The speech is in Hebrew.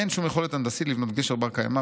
אין שום יכולת הנדסית לבנות גשר בר-קיימא